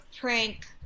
prank